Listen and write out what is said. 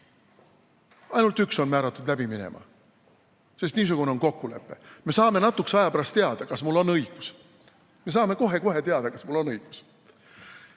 Ainult üks on määratud läbi minema! Sest niisugune on kokkulepe. Me saame natukese aja pärast teada, kas mul on õigus. Me saame kohe-kohe teada, kas mul on õigus.